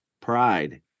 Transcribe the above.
Pride